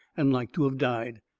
and like to of died.